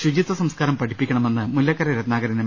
ശുചിത്വ സംസ്കാരം പഠിപ്പിക്കണമെന്ന് മുല്ലക്കര രത്നാകരൻ എം